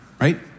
right